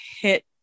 hit